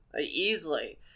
easily